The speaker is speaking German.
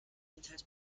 enthält